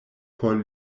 por